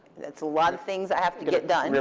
that's a lot of things i have to get done. and